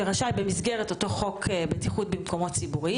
שרשאי במסגרת חוק הבטיחות במקומות ציבוריים